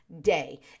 day